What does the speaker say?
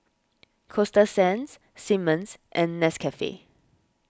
Coasta Sands Simmons and Nescafe